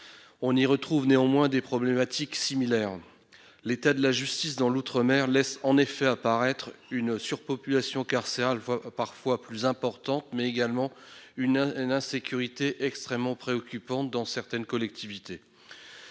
On y retrouve néanmoins des problématiques similaires. L'état de la justice dans les outre-mer laisse en effet apparaître une surpopulation carcérale parfois plus importante que dans l'Hexagone, mais également une insécurité extrêmement préoccupante dans certaines collectivités.